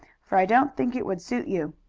for i don't think it would suit you.